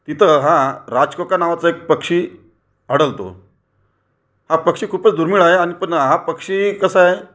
तिथं हां राजकोका नावाचा एक पक्षी आढळतो हा पक्षी खूपचं दुर्मिळ आहे आणि पण हा पक्षी कसं आहे